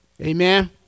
Amen